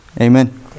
Amen